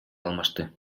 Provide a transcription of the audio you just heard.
алмашты